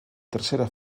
tercera